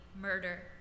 murder